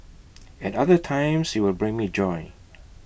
at other times he will bring me joy